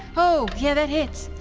oh yeah, that hits.